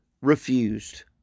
refused